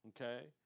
okay